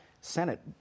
Senate